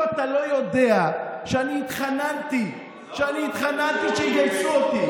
כאילו אתה לא יודע שאני התחננתי שיגייסו אותי.